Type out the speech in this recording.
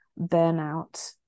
burnout